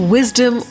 Wisdom